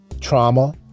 trauma